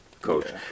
coach